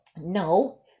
No